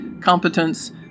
competence